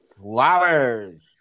flowers